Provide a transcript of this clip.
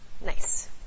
Nice